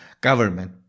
government